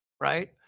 Right